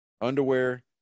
underwear